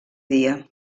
dia